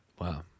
Wow